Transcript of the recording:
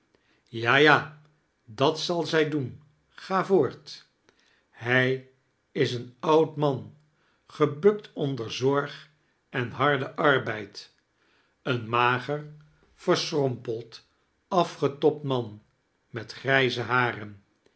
ja ja dat zal zij doen ga voort hij is een oud man gebukt onder zorg en harden arbeid een magesr verschrompeld afgetobd man met grijze haren